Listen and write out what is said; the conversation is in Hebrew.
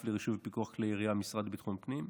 לרישוי ופיקוח כלי ירייה במשרד לביטחון פנים.